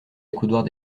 accoudoirs